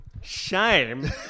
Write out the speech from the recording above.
shame